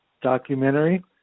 documentary